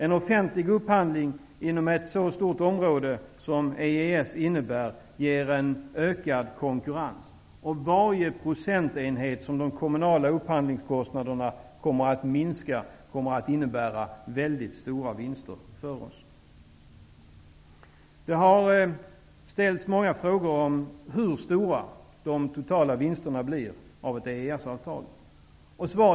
En offentlig upphandling inom ett så stort område som EES innebär ger ökad konkurrens. Varje procentenhet som de kommunala upphandlingskostnaderna minskar med, kommer att medföra mycket stora vinster för oss. Det har ställts många frågor om hur stora de totala vinsterna av ett EES-avtal kommer att bli.